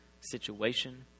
situation